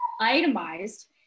itemized